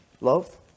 love